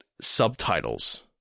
subtitles